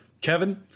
Kevin